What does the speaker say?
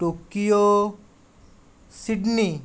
Tokyo Sydney